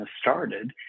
started